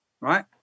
right